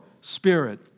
spirit